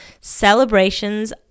celebrations